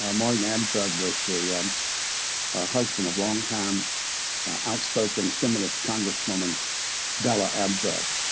ah martin abzug was the um ah husband of longtime outspoken feminist congresswoman bella abzug.